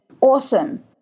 awesome